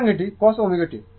সুতরাং এটি cos ω t